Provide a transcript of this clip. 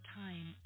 time